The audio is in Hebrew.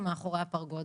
או מאחורי הפרגוד.